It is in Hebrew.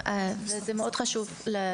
חשוב להגיד זאת.